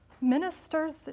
Ministers